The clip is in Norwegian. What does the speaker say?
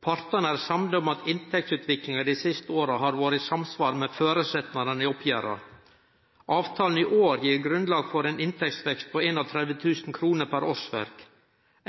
Partane er samde om at inntektsutviklinga dei siste åra har vore i samsvar med føresetnadene i oppgjera. Avtalen i år gir grunnlag for ein inntektsvekst på 31 000 kr per årsverk.